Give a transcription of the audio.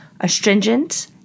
astringent